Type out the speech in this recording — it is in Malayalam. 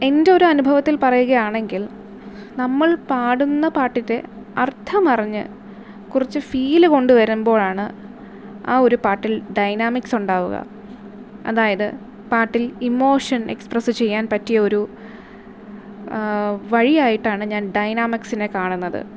എൻ്റെ ഒരു അനുഭവത്തിൽ പറയുകയാണെങ്കിൽ നമ്മൾ പാടുന്ന പാട്ടിൻ്റെ അർഥമറിഞ്ഞ് കുറച്ച് ഫീൽ കൊണ്ടു വരുമ്പോഴാണ് ആ ഒരു പാട്ടിൽ ഡയനാമിക്സ് ഉണ്ടാവുക അതായത് പാട്ടിൽ ഇമോഷൻ എക്സ്പ്രെസ് ചെയ്യാൻ പറ്റിയ ഒരു വഴിയായിട്ടാണ് ഞാൻ ഡയനാമിക്സിനെ കാണുന്നത്